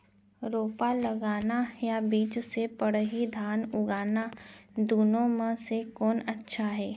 रोपा लगाना या बीज से पड़ही धान उगाना दुनो म से कोन अच्छा हे?